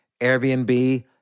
Airbnb